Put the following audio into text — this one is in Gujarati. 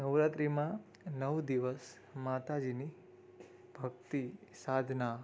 નવરાત્રિમાં નવ દિવસ માતાજીની ભક્તિ સાધના